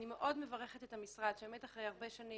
אני מאוד מברכת את המשרד שאחרי הרבה שנים